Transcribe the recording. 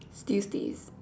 still stays